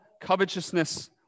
covetousness